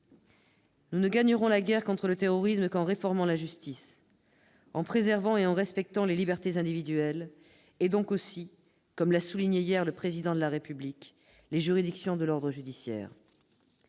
Nous ne gagnerons la guerre contre le terrorisme qu'en réformant la justice, en préservant et en respectant les libertés individuelles, et donc aussi, comme l'a souligné hier le Président de la République, les juridictions de l'ordre judiciaire.